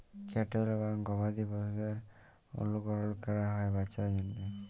cattle বা গবাদি পশুদের অলুকরল ক্যরা হ্যয় বাচ্চার জ্যনহে